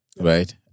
Right